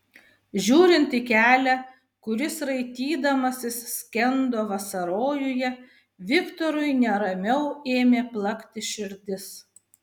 žiūrint į kelią kuris raitydamasis skendo vasarojuje viktorui neramiau ėmė plakti širdis